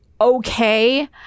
okay